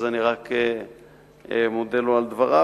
אז אני רק מודה לו על דבריו,